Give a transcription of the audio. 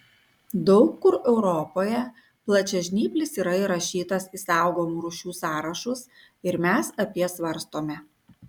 daug kur europoje plačiažnyplis yra įrašytas į saugomų rūšių sąrašus ir mes apie svarstome